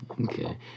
Okay